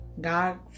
God